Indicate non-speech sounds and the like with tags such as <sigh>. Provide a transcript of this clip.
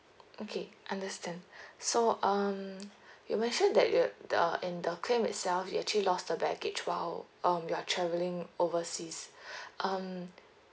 okay understand <breath> so um you mentioned that you the in the claim itself you actually lost a baggage while um you are travelling overseas <breath> um